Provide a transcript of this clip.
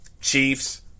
Chiefs